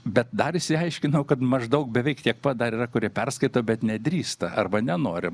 bet dar išsiaiškinau kad maždaug beveik tiek pat dar yra kurie perskaito bet nedrįsta arba nenori